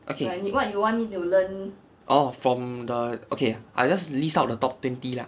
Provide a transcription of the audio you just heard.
okay orh from the okay I will just list down the top twenty lah